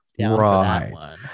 right